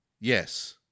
yes